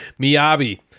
Miyabi